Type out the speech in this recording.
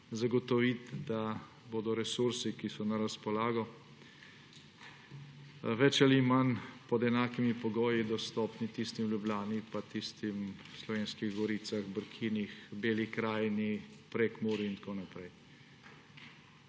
zagotoviti, da bodo resursi, ki so na razpolago, več ali manj pod enakimi pogoji dostopni tistim v Ljubljani, tistim v Slovenskih goricah, Brkinih, Beli krajini, Prekmurju in tako naprej.